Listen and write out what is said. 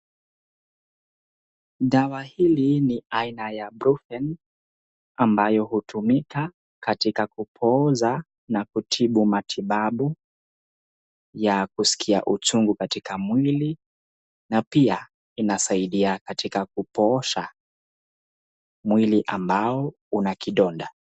Dawa hili ni aina ya ibuprofen ambayo inatumika katika kupuuza na kutibu matibabu ya kuskia uchungu katika mwili, na pia inasaidia katika kuosha mwili ambao una kidonda.